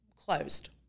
closed